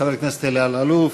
חבר הכנסת אלי אלאלוף,